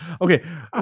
Okay